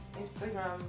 Instagram